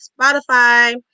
spotify